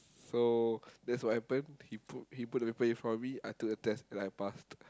so that's what happened he put he put the paper in front of me I took the test and I passed